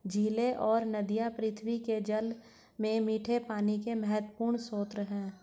झीलें और नदियाँ पृथ्वी के जल में मीठे पानी के महत्वपूर्ण स्रोत हैं